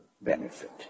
benefit